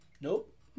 Nope